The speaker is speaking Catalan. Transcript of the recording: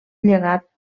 llegat